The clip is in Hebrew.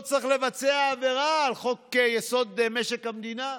לא צריך לבצע העברה על חוק-יסוד: משק המדינה.